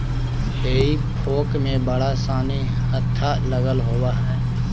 हेई फोक में बड़ा सानि हत्था लगल होवऽ हई